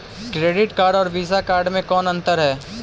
Credit card और Visa card मे कौन अन्तर है?